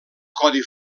codi